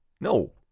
No